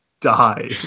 die